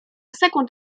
sekund